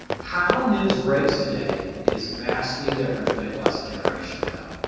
how news breaks today is vastly different than it was a generation ago.